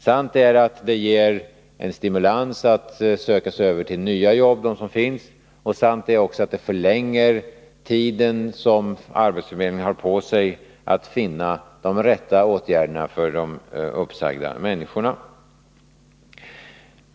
Sant äratt det ger en stimulans att söka sig till de nya jobb som finns, och sant är att det förlänger tiden som arbetsförmedlingen har på sig att finna de rätta åtgärderna när det gäller de uppsagda människorna.